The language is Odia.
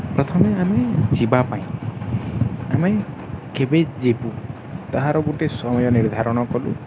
ପ୍ରଥମେ ଆମେ ଯିବା ପାଇଁ ଆମେ କେବେ ଯିବୁ ତାହାର ଗୋଟେ ସମୟ ନିର୍ଦ୍ଧାରଣ କଲୁ